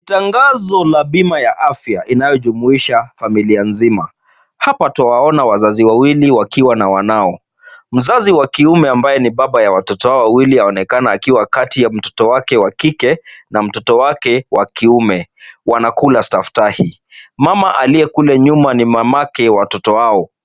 Tangazo la bima ya afya inayojumuisha familia nzima. Hapa twawaona wazazi wawili wakiwa na wanao. Mzazi wa kiume, ambaye ni baba ya watoto hawa wawili, anaonekana akiwa kati ya mtoto wake wa kike na mtoto wake wa kiume, wanakula staftahi. Mama aliye kule nyuma ni mamake watoto hao.